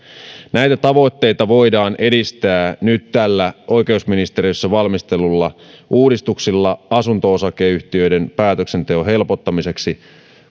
näitä tavoitteita voidaan edistää nyt tällä oikeusministeriössä valmistellulla uudistuksella asunto osakeyhtiöiden päätöksenteon helpottamiseksi